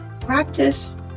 practice